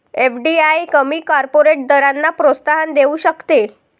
FDI कमी corporate दरांना प्रोत्साहन देऊ शकते